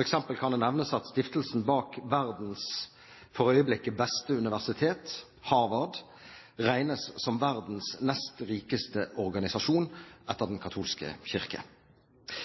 eksempel kan det nevnes at stiftelsen bak verdens for øyeblikket beste universitet, Harvard, regnes som verdens nest rikeste organisasjon, etter Den katolske kirke.